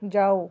ਜਾਓ